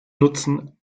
nutzen